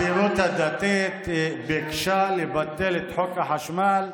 הציונות הדתית ביקשה לבטל את חוק החשמל.